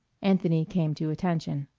anthony came to attention.